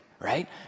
right